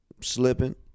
Slipping